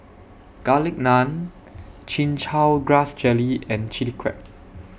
Garlic Naan Chin Chow Grass Jelly and Chili Crab